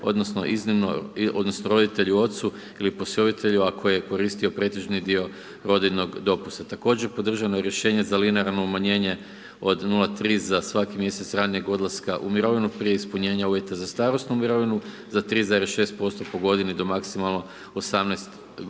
odnosno roditelju ocu ili posvojitelju ako je koristio pretežni dio rodiljnog dopusta. Također, podržano je rješenje za linearno umanjenje od 0,3 za svaki mjesec ranijeg odlaska u mirovinu, prije ispunjenja uvjeta za starosnu mirovinu za 3,6% po godini do maksimalno 18% za